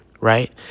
Right